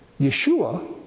Yeshua